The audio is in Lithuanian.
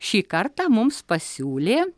šį kartą mums pasiūlė